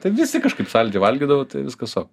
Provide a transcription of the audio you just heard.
tai visi kažkaip saldžiai valgydavo tai viskas ok